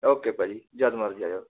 okay ਭਾਅ ਜੀ ਜਦ ਮਰਜ਼ੀ ਆ ਜਿਓ